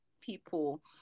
people